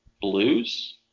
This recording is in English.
blues